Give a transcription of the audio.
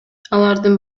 алардын